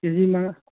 ꯀꯦ G ꯃꯉꯥ